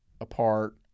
apart